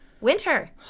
winter